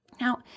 Now